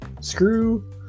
screw